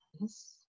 yes